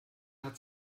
hat